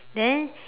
then